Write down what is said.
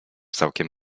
całkiem